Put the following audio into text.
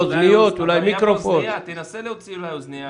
ראשית,